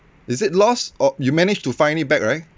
is it lost or you managed to find it back right